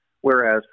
Whereas